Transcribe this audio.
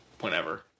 Whenever